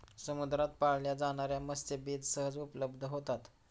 समुद्रात पाळल्या जाणार्या मत्स्यबीज सहज उपलब्ध होतात